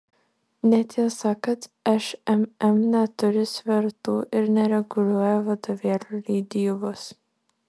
netiesa kad šmm neturi svertų ir nereguliuoja vadovėlių leidybos